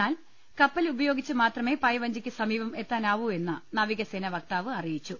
എന്നാൽ കപ്പൽ ഉപയോഗിച്ച് മാത്രമേ പായ് വഞ്ചിക്ക് സമീപം എ ത്താനാവൂവെന്ന് നാവികസേന വക്താവ് അറിയിച്ചു